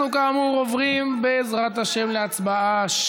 אנחנו, כאמור, עוברים, בעזרת השם, להצבעה.